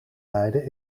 leiden